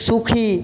সুখী